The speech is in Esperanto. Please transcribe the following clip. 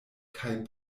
kaj